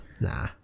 Nah